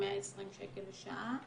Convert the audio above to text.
120 שקל לשעה.